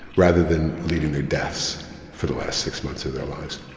rather than leading their deaths for the last six months of their lives